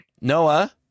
Noah